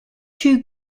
two